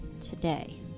today